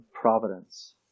providence